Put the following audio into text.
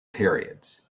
periods